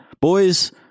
boys